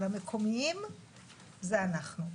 אבל המקומיים הם אנחנו.